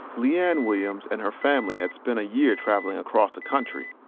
le-ann williams and her family had spent a year traveling across the country.